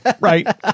Right